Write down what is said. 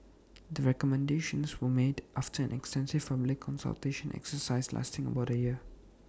the recommendations were made after an extensive public consultation exercise lasting about A year